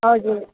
हजुर